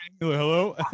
Hello